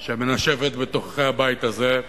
שמנשבת בתוככי הבית הזה,